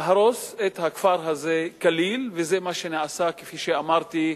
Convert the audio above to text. הריסת הכפר הזה כליל, וזה מה שנעשה, כפי שאמרתי,